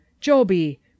Joby